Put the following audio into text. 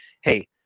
hey